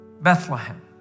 Bethlehem